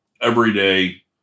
everyday